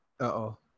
Uh-oh